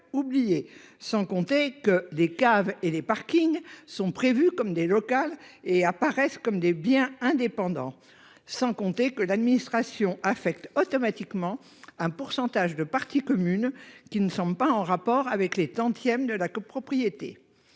oublié. Sans compter que des caves et les parkings sont prévus comme des locales et apparaissent comme des biens indépendant. Sans compter que l'administration affecte automatiquement un pourcentage de parties communes qui ne sont pas en rapport avec les IM de la copropriété.